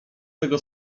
tego